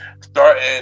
starting